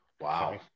wow